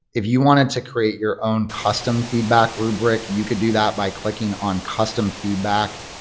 if you wanted to create your own custom feedback rubric you could do that by clicking on custom feedback,